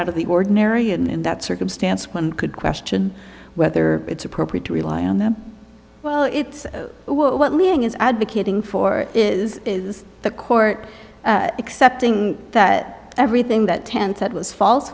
out of the ordinary in that circumstance one could question whether it's appropriate to rely on them well it's what meaning is advocating for is is the court accepting that everything that tenth said was false